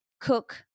cook